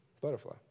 butterfly